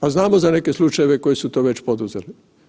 A znamo za neke slučajeve koji su to već poduzeli.